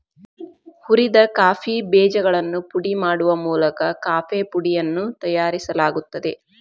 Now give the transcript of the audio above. ಹುರಿದ ಕಾಫಿ ಬೇಜಗಳನ್ನು ಪುಡಿ ಮಾಡುವ ಮೂಲಕ ಕಾಫೇಪುಡಿಯನ್ನು ತಯಾರಿಸಲಾಗುತ್ತದೆ